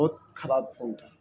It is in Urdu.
بہت کراب فون تھا